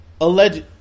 Alleged